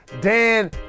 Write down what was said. Dan